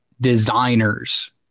designers